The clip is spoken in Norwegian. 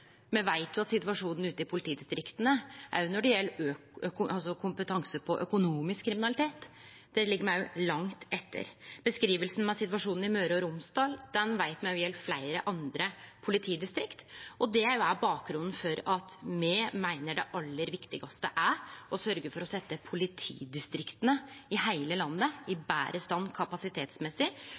Me veit jo at situasjonen ute i politidistrikta òg når det gjeld kompetanse på økonomisk kriminalitet, er at der ligg me òg langt etter. Beskrivinga av situasjonen i Møre og Romsdal veit me òg gjeld fleire andre politidistrikt, og det er òg bakgrunnen for at me meiner det aller viktigaste er å sørgje for å setje politidistrikta i heile landet i betre stand kapasitetsmessig